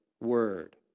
word